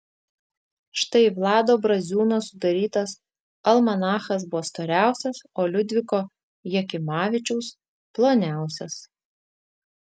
štai vlado braziūno sudarytas almanachas buvo storiausias o liudviko jakimavičiaus ploniausias